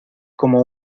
como